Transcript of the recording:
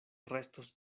restos